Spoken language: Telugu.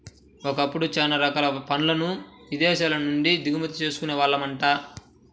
ఒకప్పుడు చానా రకాల పళ్ళను ఇదేశాల నుంచే దిగుమతి చేసుకునే వాళ్ళమంట